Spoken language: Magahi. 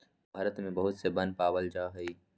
भारत में बहुत से वन पावल जा हई